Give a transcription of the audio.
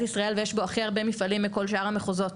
ישראל ויש בו הכי הרבה מפעלים מכל שאר המחוזות.